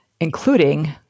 including